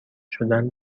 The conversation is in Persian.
شدن